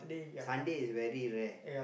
Sunday is very rare